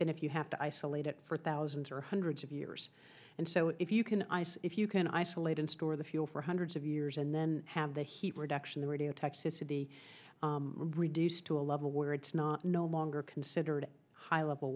than if you have to isolate it for thousands or hundreds of years and so if you can i say if you can isolate and store the fuel for hundreds of years and then have the heat reduction the radio taxes to be reduced to a level where it's not no longer considered high level